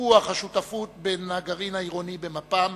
לטיפוח השותפות בין הגרעין העירוני במפ"ם